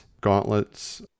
gauntlets